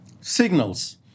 Signals